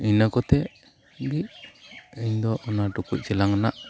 ᱤᱱᱟᱹ ᱠᱚᱛᱮ ᱜᱮ ᱤᱧᱫᱚ ᱚᱱᱟ ᱴᱩᱠᱩᱡ ᱪᱮᱞᱟᱝ ᱨᱮᱱᱟᱜ